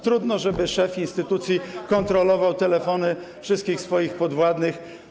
Trudno, żeby szef instytucji kontrolował telefony wszystkich swoich podwładnych.